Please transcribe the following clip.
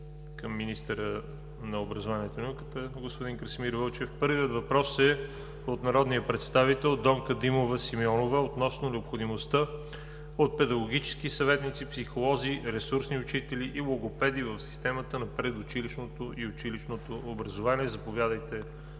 към министъра на образованието и науката господин Красимир Вълчев. Първият въпрос е от народния представител Донка Димова Симеонова относно необходимостта от педагогически съветници, психолози, ресурсни учители и логопеди в системата на предучилищното и училищното образование. Заповядайте,